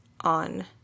on